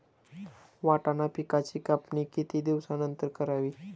वाटाणा पिकांची कापणी किती दिवसानंतर करावी?